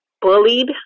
bullied